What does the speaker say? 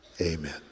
amen